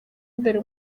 imbere